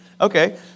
Okay